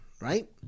right